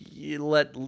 let